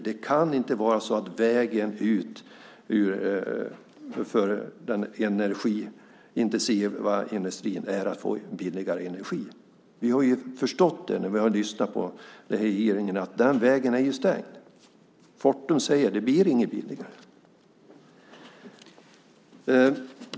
Det kan inte vara så att vägen ut för den energiintensiva industrin är att få billigare energi. Vi har ju förstått nu när vi har lyssnat på regeringen att den vägen är stängd. Fortum säger att det inte blir billigare.